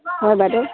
হয় বাইদেউ